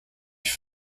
ich